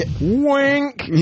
wink